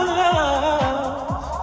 love